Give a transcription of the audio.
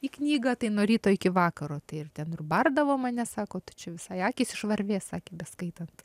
į knygą tai nuo ryto iki vakaro tai ir ten ir bardavo mane sako tu čia visai akys išvarvės sakė beskaitant